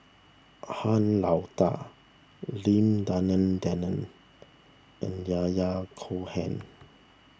Han Lao Da Lim Denan Denon and Yahya Cohen